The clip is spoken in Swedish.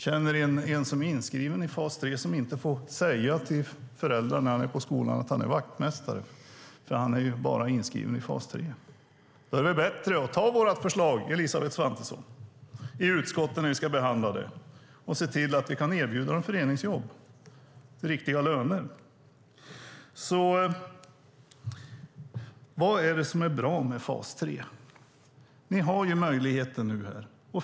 Jag känner en som är inskriven i fas 3 som inte får säga till föräldrarna på skolan att han är vaktmästare, för han är bara inskriven i fas 3. Då är det bättre att ta vårt förslag i utskottet när vi ska behandla det, Elisabeth Svantesson, och se till att vi kan erbjuda dessa människor föreningsjobb till riktiga löner. Vad är det alltså som är bra med fas 3? Ni har möjligheten här.